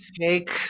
Take